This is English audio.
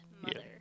mother